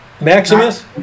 Maximus